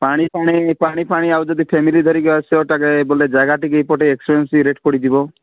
ପାଣି ଫାଣି ପାଣି ଫାଣି ଆଉ ଯଦି ଫାମିଲି ଧରିକି ଆସୁଛ ତାକେ ବୋଲେ ଜାଗା ଟିକେ ଏଇପଟେ ଏକ୍ସପେନ୍ସିଭ୍ ରେଟ୍ ପଡ଼ିଯିବ